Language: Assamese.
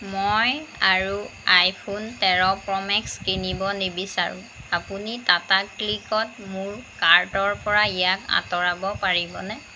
মই আৰু আইফোন তেৰ প্ৰ' মেক্স কিনিব নিবিচাৰোঁ আপুনি টাটা ক্লিকত মোৰ কাৰ্টৰ পৰা ইয়াক আঁতৰাব পাৰিবনে